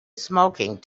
smoking